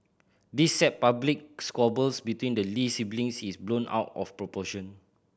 this sad public squabbles between the Lee siblings is blown out of proportion